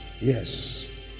Yes